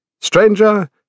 stranger